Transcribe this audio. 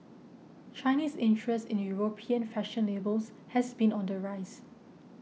Chinese interest in European fashion labels has been on the rise